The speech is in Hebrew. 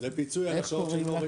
שמח לילדי הכנסת ושמחים שבאתם היום.